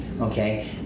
okay